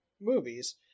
movies